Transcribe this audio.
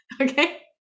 Okay